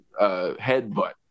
headbutt